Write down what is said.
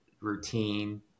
routine